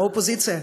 לא האופוזיציה,